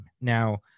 now